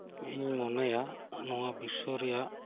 ᱤᱧ ᱢᱚᱱᱮᱭᱟ ᱱᱚᱶᱟ ᱵᱤᱥᱥᱚᱨᱮᱭᱟᱜ